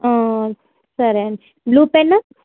సరే blue pen